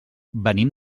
venim